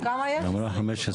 כמה יש?